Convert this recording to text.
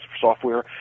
software